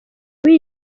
w’iyi